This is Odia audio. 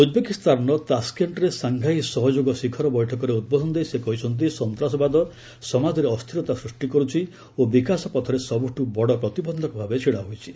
ଉଜ୍ବେକିସ୍ତାନର ତାସ୍କେଣ୍ଟ୍ରେ ସାଙ୍ଘାଇ ସହଯୋଗ ଶିଖର ବବିଠକରେ ଉଦ୍ବୋଧନ ଦେଇ ସେ କହିଛନ୍ତି ସନ୍ତାସବାଦ ସମାଜରେ ଅସ୍ଥିରତା ସୃଷ୍ଟି କରିଛି ଓ ବିକାଶ ପଥରେ ସବୁଠୁ ବଡ଼ ପ୍ରତିବନ୍ଧକ ଭାବେ ଛିଡ଼ାହୋଇଛି